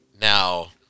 Now